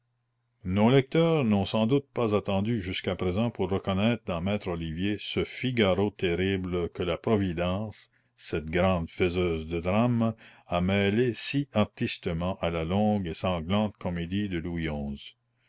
nos lecteurs n'ont sans doute pas attendu jusqu'à présent pour reconnaître dans maître olivier ce figaro terrible que la providence cette grande faiseuse de drames a mêlé si artistement à la longue et sanglante comédie de louis